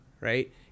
right